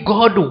God